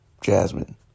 Jasmine